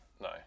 No